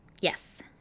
Yes